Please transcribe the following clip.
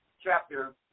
chapter